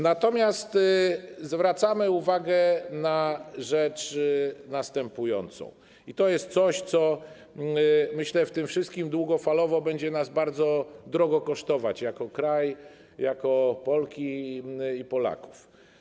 Natomiast zwracamy uwagę na rzecz następującą - to jest coś, co, myślę, długofalowo będzie nas bardzo drogo kosztować jako kraj, jako Polki i Polaków.